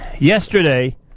yesterday